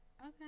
Okay